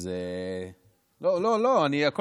אז לא, לא.